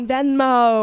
Venmo